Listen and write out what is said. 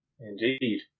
Indeed